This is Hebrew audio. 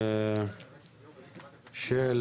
של